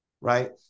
right